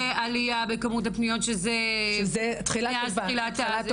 20% עלייה בכמות הפניות, שזה --- זו התחלה טובה.